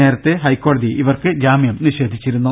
നേരത്തെ ഹൈക്കോടതി ഇവർക്ക് ജാമ്യം നിഷേധിച്ചിരുന്നു